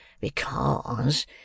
because—